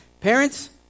Parents